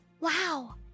Wow